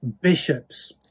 bishops